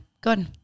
Good